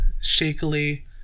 shakily